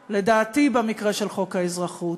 לדעתי, במקרה של חוק האזרחות,